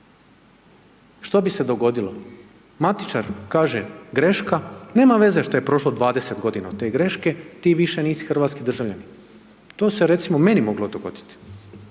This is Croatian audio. što bi se dogodilo, matičar kaže greška, nema veze što je prošlo 20 godina od te greške, ti više nisi hrvatski državljanin. To se recimo meni moglo dogoditi.